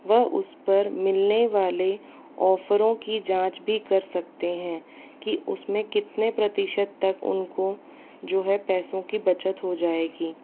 वह उस पर मिलने वाले ऑफरों की जाँच भी कर सकते हैं कि उस में कितने प्रतिशत तक उनको जो है पैसों की बचत हो जाएगी